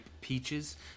peaches